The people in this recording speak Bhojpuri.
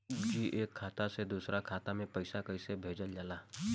जी एक खाता से दूसर खाता में पैसा कइसे भेजल जाला?